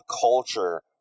culture